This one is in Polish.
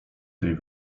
tej